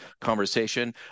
conversation